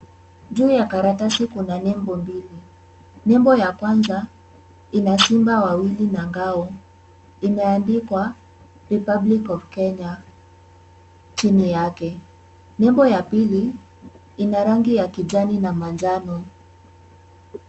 Juu ya karatasi kuna nembo mbili. Nembo ya kwanza, ina simba wawili na ngao. Imeandikwa republic of Kenya chini yake. Nembo ya pili, ina rangi ya kijani na manjano.